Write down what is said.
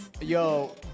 Yo